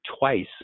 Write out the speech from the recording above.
twice